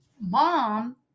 mom